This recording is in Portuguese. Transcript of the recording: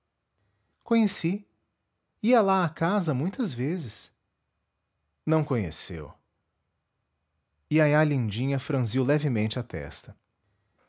conheci ia lá à casa muitas vezes não conheceu iaiá lindinha franziu levemente a testa